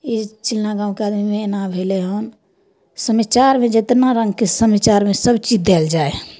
ई चिन्ना गाँवके आदमी एना भेलै हन समाचारमे जेतना रंगके समाचारमे सब चीज देल जाइ हइ